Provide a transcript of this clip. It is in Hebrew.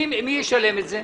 מי ישלם את זה?